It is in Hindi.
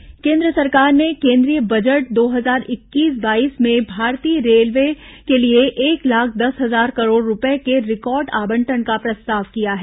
बजट रेलवे केन्द्र सरकार ने केन्द्रीय बजट दो हजार इक्कीस बाईस में भारतीय रेलवे के लिए एक लाख दस हजार करोड़ रूपये के रिकॉर्ड आवंटन का प्रस्ताव किया है